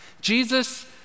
Jesus